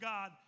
God